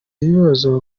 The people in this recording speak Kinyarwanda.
ibibazo